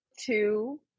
two